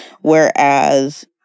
whereas